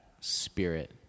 spirit